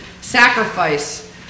sacrifice